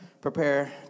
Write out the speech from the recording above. prepare